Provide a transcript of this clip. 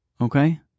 okay